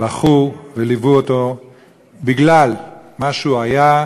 בכו וליוו אותו בגלל מה שהוא היה.